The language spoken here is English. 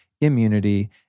immunity